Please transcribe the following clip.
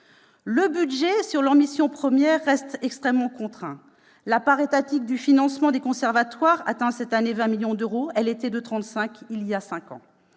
leurs missions premières reste extrêmement contraint. La part étatique du financement des conservatoires atteindra cette année 20 millions d'euros. Elle était de 35 millions